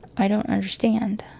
i don't understand